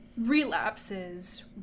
relapses